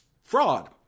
fraud